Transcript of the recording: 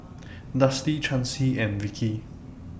Dusty Chancy and Vikki